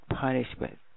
punishment